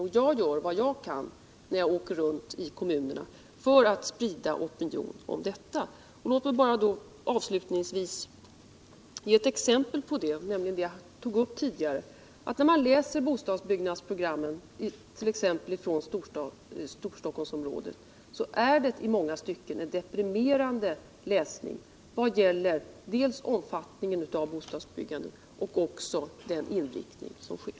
När jag åker runt i kommunerna gör jag vad jag kan för att sprida opinion härvidlag. Och låt mig avslutningsvis bara ge ett exempel på detta, nämligen det jag tog upp tidigare. Läsningen av bostadsbyggnadsprogrammen t.ex. från Storstockholmsområdet är i vissa fall deprimerande, när det gäller dels omfattningen av bostadsbyggandet, dels inriktningen.